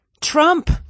Trump